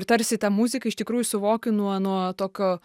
tarsi tą muziką iš tikrųjų suvokiu nuo nuo tokio